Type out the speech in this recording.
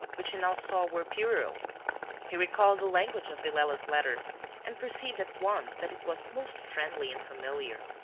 which he now saw were puerile he recalled the language of villela's letter and perceived at once that it was most friendly and familiar.